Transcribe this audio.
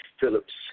Phillips